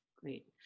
Great